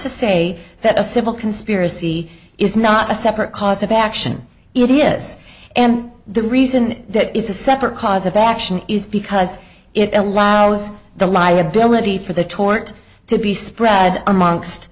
to say that a civil conspiracy is not a separate cause of action it is and the reason that it's a separate cause of action is because it allows was the liability for the tort to be spread amongst